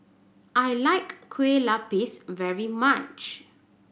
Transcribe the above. I like Kueh Lupis very much